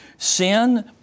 Sin